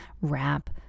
wrap